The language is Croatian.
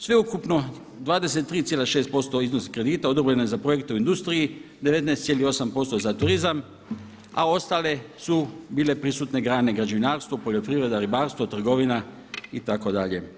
Sveukupno 23,6% od iznosa kredita odobreno je za projekte u industriji, 19,8% za turizam, a ostale su bile prisutne grane građevinarstvo, poljoprivreda, ribarstvo, trgovina itd.